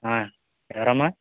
ఎవరమ్మా